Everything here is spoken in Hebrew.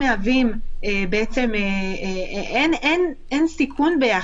עו"ד ריטה פרייס,